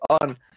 on